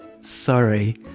sorry